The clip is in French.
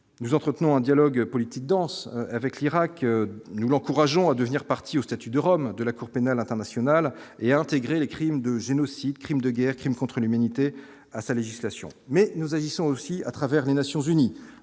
nous entretenons un dialogue politique Danse avec l'Irak nous l'encourageons à devenir partie au statut de Rome de la Cour pénale internationale et intégrer les crimes de génocide, crimes de guerre, crimes contre l'humanité à sa législation mais nous agissons aussi à travers les Nations Unies